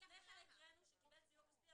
לפני זה כשהקראנו "שקיבל סיוע כספי",